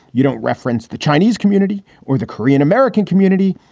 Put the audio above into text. you don't reference the chinese community or the korean american community.